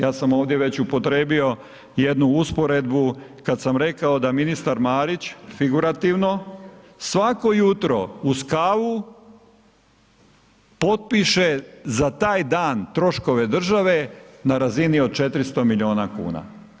Ja sam ovdje već upotrijebio jednu usporedbu kad sam rekao da ministar Marić, figurativno, svako jutro uz kavu potpiše za taj dan troškove države na razini od 400 miliona kuna.